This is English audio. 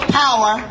power